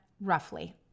roughly